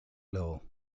law